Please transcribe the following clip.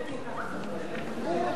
מיסוי מקרקעין (שבח ורכישה) (תיקון מס'